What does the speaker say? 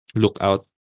lookout